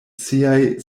siaj